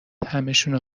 همشونو